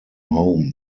home